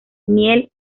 miel